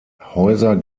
häuser